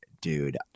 dude